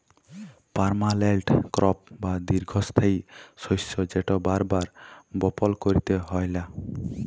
permanent crop বা দীঘ্ঘস্থায়ী শস্য যেট বার বার বপল ক্যইরতে হ্যয় লা